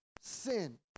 sin